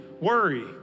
worry